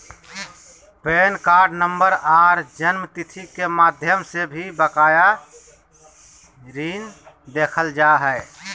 pan card number आर जन्मतिथि के माध्यम से भी बकाया ऋण देखल जा हय